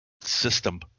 system